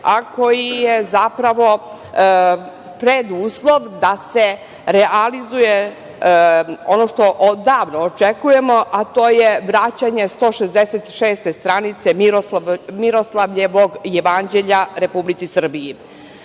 a koji je zapravo preduslov da se realizuje ono što odavno očekujemo, a to je vraćanje 166. stranice Miroslavljevog jevanđelja Republici Srbiji.